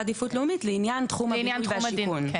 עדיפות לאומית לעניין תחום הבינוי והשיכון.